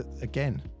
again